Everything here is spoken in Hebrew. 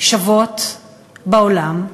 שוות בעולם,